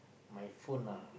my phone lah